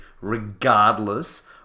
regardless